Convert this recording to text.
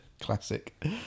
Classic